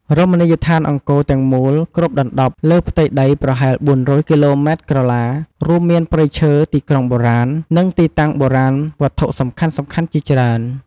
រមណីយដ្ឋានអង្គរទាំងមូលគ្របដណ្តប់លើផ្ទៃដីប្រហែល ៤០០ គីឡូម៉ែត្រក្រឡា រួមមានព្រៃឈើ ទីក្រុងបុរាណ និងទីតាំងបុរាណវត្ថុសំខាន់ៗជាច្រើន។